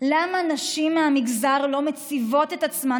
למה נשים מהמגזר לא מציבות את עצמן